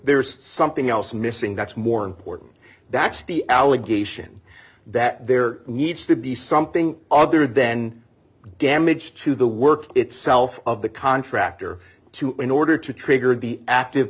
there's something else missing that's more important that's the allegation that there needs to be something other than damage to the work itself of the contractor to in order to trigger the active